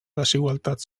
desigualtat